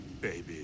baby